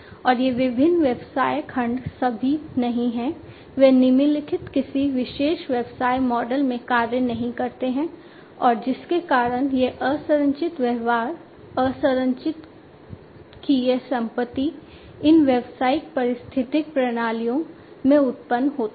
और ये विभिन्न व्यवसाय खंड सभी नहीं हैं वे निम्नलिखित किसी विशेष व्यवसाय मॉडल में कार्य नहीं करते हैं और जिसके कारण यह असंरचित व्यवहार असंरचित की यह संपत्ति इन व्यावसायिक पारिस्थितिकी प्रणालियों में उत्पन्न होती है